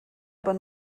aber